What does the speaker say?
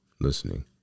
listening